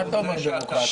מה אתה אומר על דמוקרטיה?